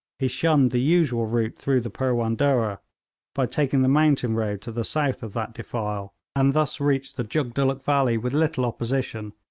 he shunned the usual route through the purwan durrah by taking the mountain road to the south of that defile, and thus reached the jugdulluk valley with little opposition,